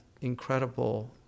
incredible